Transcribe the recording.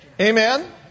Amen